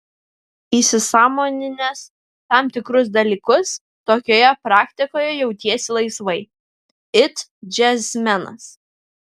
įsisąmoninęs tam tikrus dalykus tokioje praktikoje jautiesi laisvai it džiazmenas